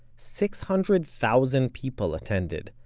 six hundred thousand people attended,